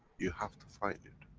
you to find it.